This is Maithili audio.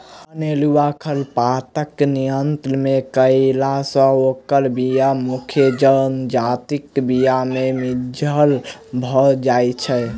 अनेरूआ खरपातक नियंत्रण नै कयला सॅ ओकर बीया मुख्य जजातिक बीया मे मिज्झर भ जाइत छै